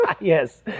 Yes